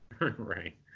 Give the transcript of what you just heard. right